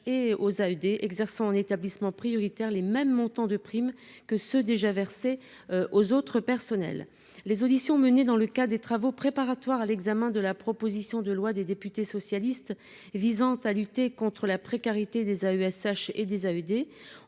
et aux AUD, exerçant en établissement prioritaire, les mêmes montant de prime que ceux déjà versés aux autres personnels les auditions menées dans le cas des travaux préparatoires à l'examen de la proposition de loi des députés socialistes visant à lutter contre la précarité, des AESH et 10 AUD